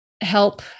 help